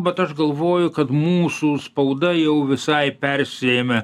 bet aš galvoju kad mūsų spauda jau visai persiėmė